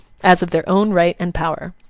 as of their own right and power.